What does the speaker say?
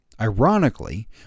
ironically